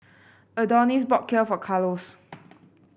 Adonis bought Kheer for Carlos